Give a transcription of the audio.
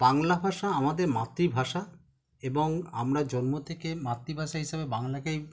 বাংলা ভাষা আমাদের মাতৃভাষা এবং আমরা জন্ম থেকে মাতৃভাষা হিসাবে বাংলাকেই